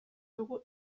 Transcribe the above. dugu